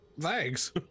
thanks